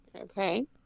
Okay